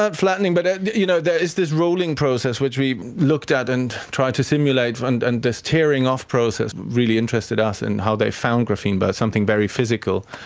ah flattening, but you know there is this rolling process which we looked at and tried to stimulate, and and this tearing off process really interested us and how they found graphene, by something very physical,